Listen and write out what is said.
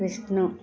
Krishna